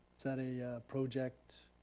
that a project